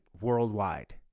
worldwide